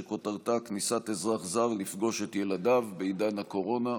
שכותרתה: כניסת אזרח זר לפגוש את ילדיו בעידן הקורונה.